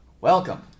Welcome